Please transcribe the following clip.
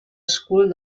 school